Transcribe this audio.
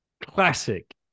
classic